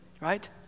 right